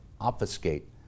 obfuscate